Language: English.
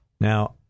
Now